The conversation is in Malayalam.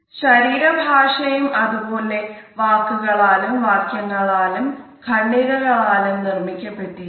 ശരീര ഭാഷയും അത് പോലെ വാക്കുകളാലും വാക്യങ്ങളാലും ഖണ്ഡികകളാലും നിർമ്മിക്കപ്പെട്ടിരിക്കുന്നു